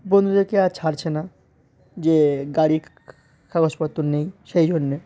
বন্ধুদেরকে আর ছাড়ছে না যে গাড়ির কাগজপত্র নেই সেই জন্যে